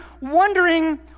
wondering